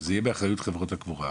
זה יהיה באחריות חברות הקבורה.